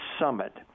Summit